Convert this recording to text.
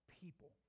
people